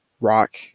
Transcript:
rock